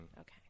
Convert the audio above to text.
Okay